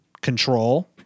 Control